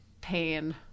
pain